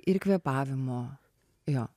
ir kvėpavimo jo